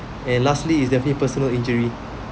and lastly is definitely personal injury